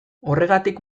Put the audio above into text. horregatik